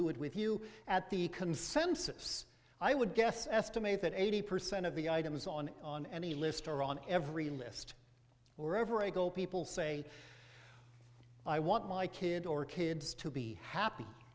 do it with you at the consensus i would guess estimate that eighty percent of the items on on any list are on every list or ever i go people say i want my kid or kids to be happy